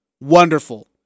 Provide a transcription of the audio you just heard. Wonderful